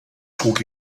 trug